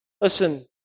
Listen